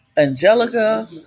Angelica